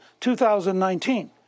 2019